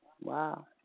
Wow